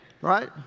right